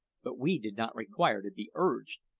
but we did not require to be urged.